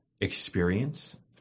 experience